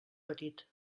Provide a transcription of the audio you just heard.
petit